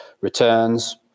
returns